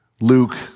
Luke